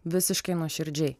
visiškai nuoširdžiai